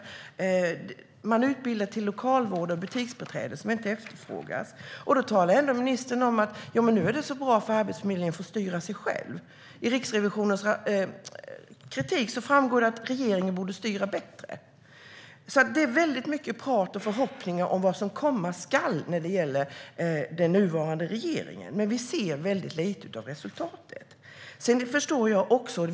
Människor utbildas till lokalvårdare och butiksbiträden, som inte efterfrågas. Då talar ändå ministern om att det är så bra nu eftersom Arbetsförmedlingen får styra sig själv. Men i Riksrevisionens kritik framgår att regeringen borde styra bättre. Det är mycket prat och förhoppningar om vad som komma skall när det gäller den nuvarande regeringen, men vi ser väldigt lite av resultatet. Jag förstår också att det är en stor utmaning även i dag.